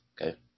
Okay